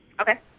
Okay